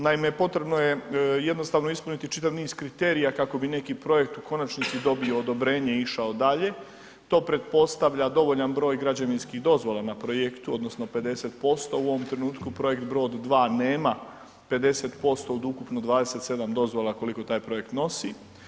Naime, potrebno je jednostavno ispuniti čitav niz kriterija kako bi neki projekt u konačnici dobio odobrenje i išao dalje, to pretpostavlja dovoljan broj građevinskih dozvola na projektu odnosno 50%, u ovom trenutku projekt Brod 2 nema 50% od ukupno 27 dozvola koliko taj projekt nosi.